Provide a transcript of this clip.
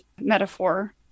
metaphor